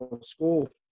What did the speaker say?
school